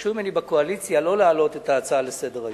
וביקשו ממני בקואליציה לא להעלות את ההצעה לסדר-היום.